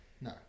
No